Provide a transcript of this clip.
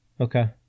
Okay